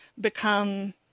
become